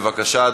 בבקשה,